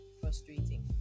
frustrating